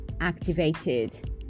activated